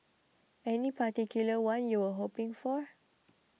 any particular one you were hoping for